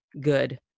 good